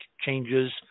changes